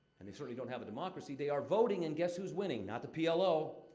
and they certainly don't have a democracy. they are voting and guess who's winning? not the p l o.